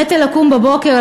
הנטל לקום בבוקר,